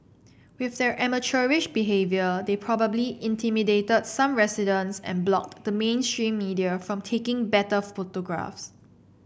with their amateurish behaviour they probably intimidated some residents and blocked the mainstream media from taking better photographs